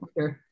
okay